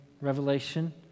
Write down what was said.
Revelation